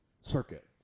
Circuit